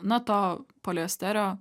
na to poliesterio